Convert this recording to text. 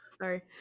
sorry